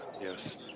Yes